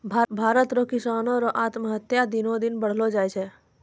भारत रो किसानो रो आत्महत्या दिनो दिन बढ़लो जाय छै